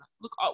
look